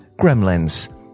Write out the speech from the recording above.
Gremlins